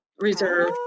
Reserve